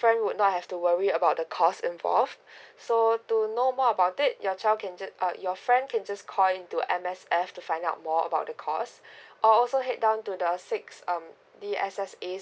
friend would not have to worry about the cost involved so to know more about it your child can just your friend can just call in to M_S_F to find out more about the cost or also head down to the six um D_S_S_As